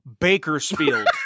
Bakersfield